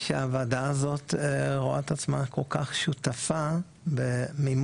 שהוועדה הזאת רואה את עצמה כל כך שותפה במימוש